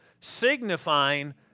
signifying